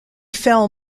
fell